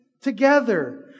Together